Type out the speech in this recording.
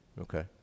Okay